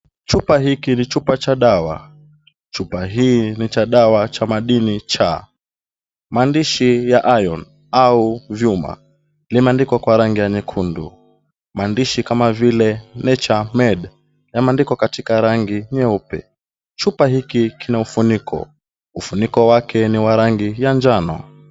Chupa hiki ni chupa cha dawa. Chupa hii ni cha dawa cha madini cha maandishi ya iron au vyuma. Lime andikwa kwa rangi ya nyekundu. Maandishi kama vile nature made yameandikwa katika rangi nyeupe. Chupa hiki kina ufuniko. Ufuniko wake ni wa rangi ya njano.